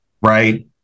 right